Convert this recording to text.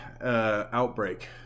outbreak